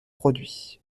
produits